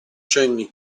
cenni